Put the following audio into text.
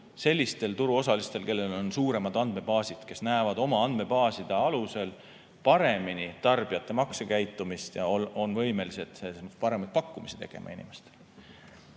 sellistel turuosalistel, kellel on suuremad andmebaasid, kes näevad oma andmebaaside alusel paremini tarbijate maksekäitumist ja on võimelised paremaid pakkumisi tegema inimestele.